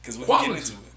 Quality